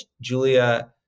Julia